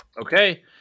Okay